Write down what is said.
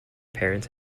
parents